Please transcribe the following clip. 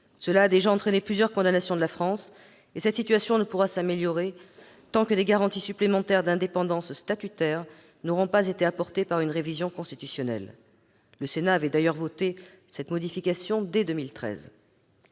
fait a déjà entraîné plusieurs condamnations de la France, et la situation ne pourra s'améliorer tant que des garanties supplémentaires d'indépendance statutaire n'auront pas été apportées par une révision constitutionnelle. Le Sénat avait d'ailleurs voté cette modification dès 2013